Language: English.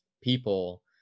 people